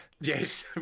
Yes